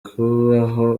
kubaho